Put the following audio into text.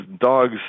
dogs